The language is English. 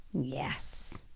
Yes